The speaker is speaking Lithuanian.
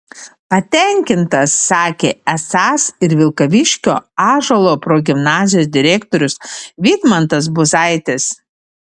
patenkintas sakė esąs ir vilkaviškio ąžuolo progimnazijos direktorius vidmantas buzaitis